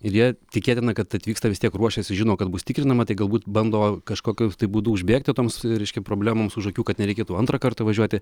ir jie tikėtina kad atvyksta vis tiek ruošiasi žino kad bus tikrinama tai galbūt bando kažkokiu būdu užbėgti toms reiškia problemoms už akių kad nereikėtų antrą kartą važiuoti